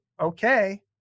okay